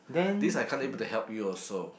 this I can't able to help you also